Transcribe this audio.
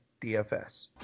DFS